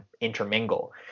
intermingle